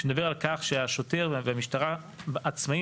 שמדבר על כך שהשוטר והמשטרה עצמאים